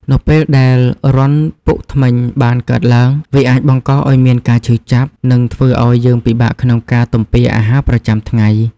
នៅពេលដែលរន្ធពុកធ្មេញបានកើតឡើង វាអាចបង្កឱ្យមានការឈឺចាប់ និងធ្វើឱ្យយើងពិបាកក្នុងការទំពារអាហារប្រចាំថ្ងៃ។